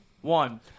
one